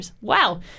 Wow